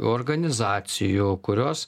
organizacijų kurios